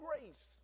grace